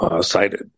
cited